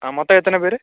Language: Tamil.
மொத்தம் எத்தனை பேர்